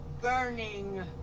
burning